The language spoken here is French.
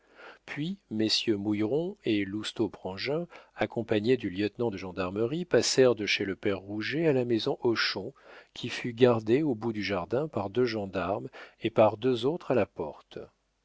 puis messieurs mouilleron et lousteau prangin accompagnés du lieutenant de gendarmerie passèrent de chez le père rouget à la maison hochon qui fut gardée au bout du jardin par deux gendarmes et par deux autres à la porte